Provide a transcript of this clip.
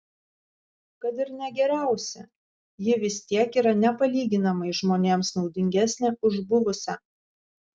kad ir ne geriausia ji vis tiek yra nepalyginamai žmonėms naudingesnė už buvusią